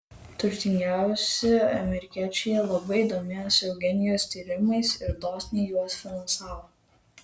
turtingiausi amerikiečiai labai domėjosi eugenikos tyrimais ir dosniai juos finansavo